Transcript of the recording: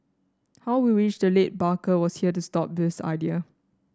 how we wish the late Barker was here to stop this idea